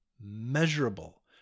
measurable